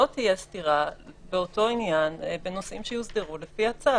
לא תהיה סתירה באותו עניין בנושאים שיוסדרו לפי הצו.